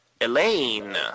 Elaine